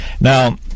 Now